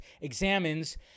examines